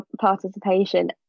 participation